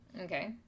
Okay